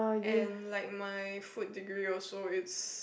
and like my food degree also it's